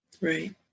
Right